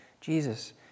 Jesus